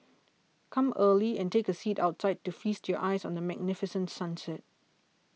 come early and take a seat outside to feast your eyes on the magnificent sunset